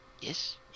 yes